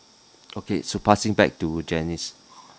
okay so passing back to janice